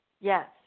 Yes